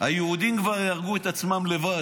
היהודים כבר יהרגו את עצמם לבד,